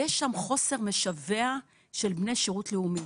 יש שם חוסר משווע של בני שירות לאומי.